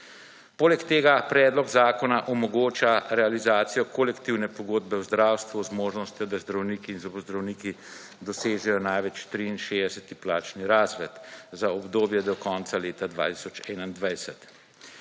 Poleg tega predlog zakona omogoča realizacijo kolektivne pogodbe v zdravstvu z možnostjo, da zdravniki in zobozdravniki dosežejo največ 63. plačni razred za obdobje do konca leta 2021.